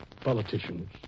politicians